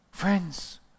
friends